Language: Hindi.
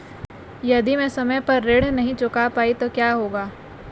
यदि मैं समय पर ऋण नहीं चुका पाई तो क्या होगा?